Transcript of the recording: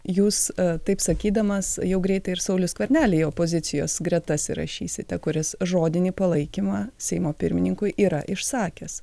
jūs taip sakydamas jau greitai ir saulių skvernelį į opozicijos gretas įrašysite kuris žodinį palaikymą seimo pirmininkui yra išsakęs